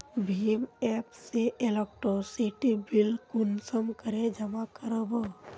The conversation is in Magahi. भीम एप से इलेक्ट्रिसिटी बिल कुंसम करे जमा कर बो?